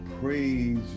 praise